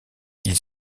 ils